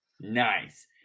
Nice